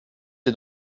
est